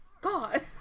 God